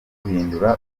guhindura